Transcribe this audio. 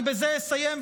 אני בזה אסיים,